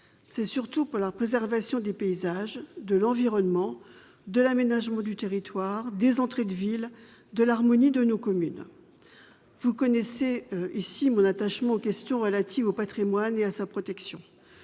fait surtout pour la préservation des paysages, de l'environnement, de l'aménagement du territoire, des entrées de ville et de l'harmonie de nos communes. Vous connaissez tous ici mon attachement aux questions relatives au patrimoine et à sa protection.